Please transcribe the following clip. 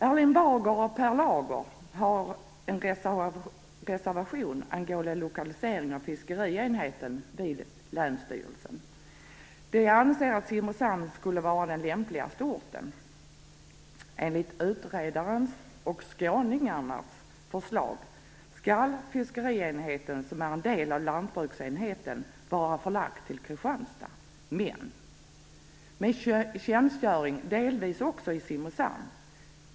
Erling Bager och Per Lager har skrivit en reservation angående lokalisering av fiskerienheten vid länsstyrelsen. De anser att Simrishamn är den lämpligaste orten. Enligt utredarens - och skåningarnas - förslag skall fiskerienheten, som är en del av lantbruksenheten, vara förlagd till Kristianstad, men med tjänstgöring delvis också i Simrishamn.